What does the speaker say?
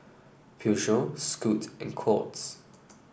Peugeot Scoot and Courts